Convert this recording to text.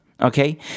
Okay